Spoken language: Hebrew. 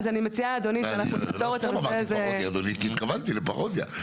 לא סתם אמרתי פרודיה, אדוני, כי התכוונתי לפרודיה.